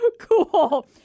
cool